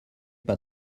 pas